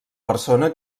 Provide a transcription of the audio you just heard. persona